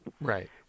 Right